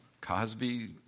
Cosby